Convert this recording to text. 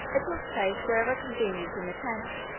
it was placed wherever convenient in the tent,